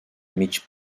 mig